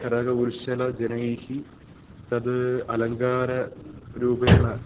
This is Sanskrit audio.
करकौशलजनैः तद् अलङ्काररूपेण